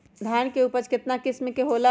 धान के उपज केतना किस्म के होला?